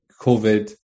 COVID